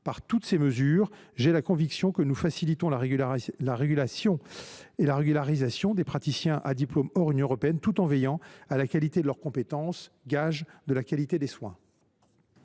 Par toutes ces mesures, j’ai la conviction que nous facilitons la régulation et la régularisation des praticiens à diplôme hors Union européenne tout en veillant à la qualité de leurs compétences, gage de la qualité des soins.